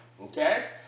Okay